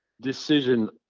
decision